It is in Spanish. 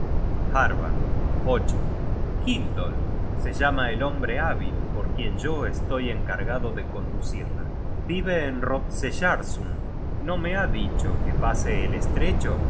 at harbard hildolf se llama el hombre hábil por quien yo estoy encargado de conducirla vive en rodseyarsund no me ha dicho que pase el estrecho á